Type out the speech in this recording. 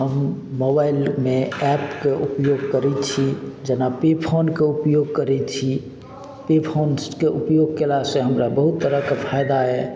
हम मोबाइलमे ऐपके उपयोग करय छी जेना पे फोन के उपयोग करय छी पे फोनके उपयोग कयलासँ हमरा बहुत तरहके फायदा अइ